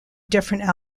different